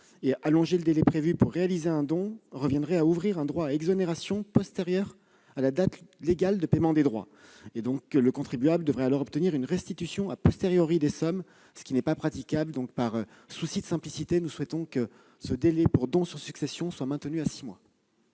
Allonger le délai prévu pour réaliser un don reviendrait à ouvrir un droit à exonération postérieure à la date légale de paiement des droits. Le contribuable devrait alors obtenir une restitution des sommes, ce qui n'est pas praticable. Dans un souci de simplicité, nous souhaitons que le délai pour don sur succession soit maintenu à six mois.